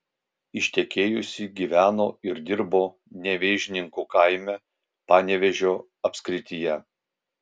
ištekėjusi gyveno ir dirbo nevėžninkų kaime panevėžio apskrityje